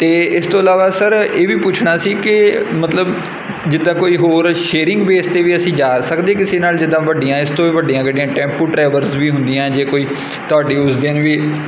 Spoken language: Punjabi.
ਅਤੇ ਇਸ ਤੋਂ ਇਲਾਵਾ ਸਰ ਇਹ ਵੀ ਪੁੱਛਣਾ ਸੀ ਕਿ ਮਤਲਬ ਜਿੱਦਾਂ ਕੋਈ ਹੋਰ ਸ਼ੇਰਿੰਗ ਬੇਸ 'ਤੇ ਵੀ ਅਸੀਂ ਜਾ ਸਕਦੇ ਕਿਸੇ ਨਾਲ ਜਿੱਦਾਂ ਵੱਡੀਆਂ ਇਸ ਤੋਂ ਵੀ ਵੱਡੀਆਂ ਗੱਡੀਆਂ ਟੈਂਪੂ ਟਰੈਵਰਸ ਵੀ ਹੁੰਦੀਆਂ ਜੇ ਕੋਈ ਤੁਹਾਡੀ ਉਸ ਦਿਨ ਵੀ